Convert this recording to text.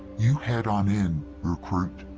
you head on in, recruit.